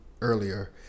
earlier